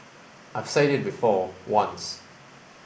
I've said it before once